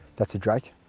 that is a drake.